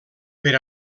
per